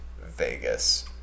Vegas